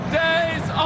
days